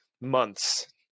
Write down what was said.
months